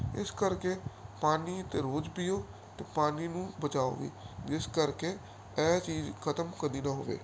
ਇਸ ਕਰਕੇ ਪਾਣੀ ਤਾਂ ਰੋਜ਼ ਪੀਓ ਅਤੇ ਪਾਣੀ ਨੂੰ ਬਚਾਓ ਵੀ ਜਿਸ ਕਰਕੇ ਇਹ ਚੀਜ਼ ਖ਼ਤਮ ਕਦੀ ਨਾ ਹੋਵੇ